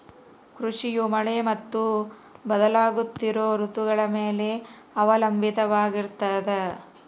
ಕೃಷಿಯು ಮಳೆ ಮತ್ತು ಬದಲಾಗುತ್ತಿರೋ ಋತುಗಳ ಮ್ಯಾಲೆ ಅವಲಂಬಿತವಾಗಿರ್ತದ